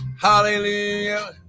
Hallelujah